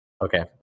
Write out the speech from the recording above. Okay